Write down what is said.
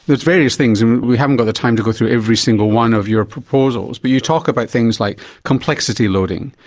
it's various things, and we haven't got the time to go through every single one of your proposals, but you talk about things like complexity loading,